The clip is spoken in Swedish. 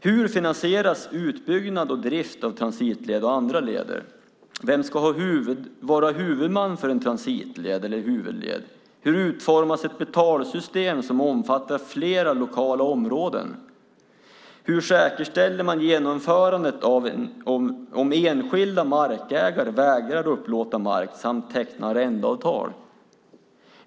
Hur finansieras utbyggnad och drift av transitled och andra leder? Vem ska vara huvudman för en transitled eller huvudled? Hur utformas ett betalsystem som omfattar flera lokala områden? Hur säkerställer man genomförandet om enskilda markägare vägrar upplåta mark eller teckna arrendeavtal?